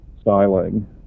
styling